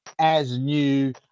as-new